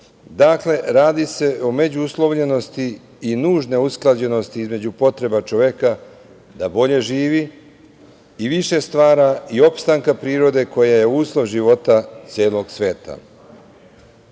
Dakle, radi se o međuuslovljenosti i nužne usklađenosti između potreba čoveka da bolje živi i više stvara i opstanka prirode koja je uslov života celog